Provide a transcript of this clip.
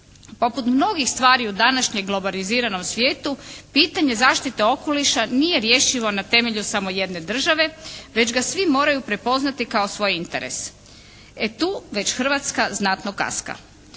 Poput mnogih stvari u današnjem globaliziranom svijetu, pitanje zaštite okoliša nije rješivo na temelju samo jedne države već ga svi moraju prepoznati kao svoj interes, e tu već Hrvatska znatno kaska.